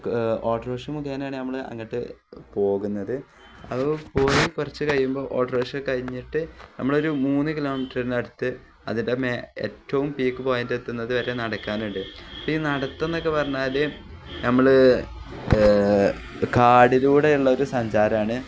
auto rickshaw മുഖേനയാണു നമ്മള് അങ്ങോട്ടു പോകുന്നത് അപ്പോള് പോയി കുറച്ചുകഴിയുമ്പോള് ഓട്ടോ റിക്ഷ കഴിഞ്ഞിട്ട് നമ്മളൊരു മൂന്ന് കിലോ മീറ്ററിനടുത്ത് അതിൻ്റെ മേ ഏറ്റവും പീക്ക് പോയിന്റ് എത്തുന്നതുവരെ നടക്കാനുണ്ട് അപ്പോള് ഈ നടത്തമെന്നൊക്കെ പറഞ്ഞാല് നമ്മള് കാടിലൂടെയുള്ള ഒരു സഞ്ചാരമാണ്